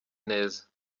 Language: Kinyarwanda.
neza